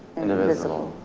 indivisible,